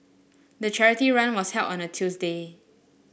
the charity run was held on a Tuesday